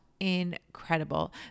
incredible